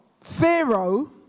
Pharaoh